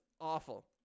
awful